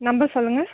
number சொல்லுங்கள்